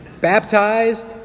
Baptized